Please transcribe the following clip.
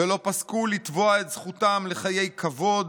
ולא פסקו לתבוע את זכותם לחיי כבוד,